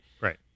Right